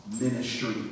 ministry